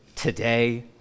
today